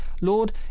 Lord